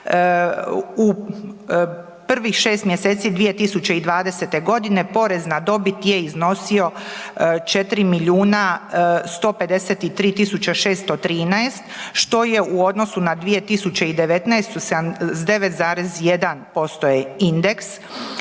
U prvih 6 mjeseci 2020. godine porez na dobit je iznosio 4 milijuna 153.613 što je u odnosu na 2019. 79,1% je indeks,